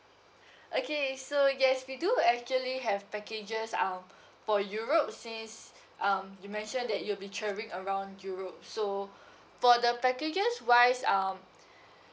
okay so yes we do actually have packages um for europe since um you mentioned that you'll be travelling around europe so for the packages wise um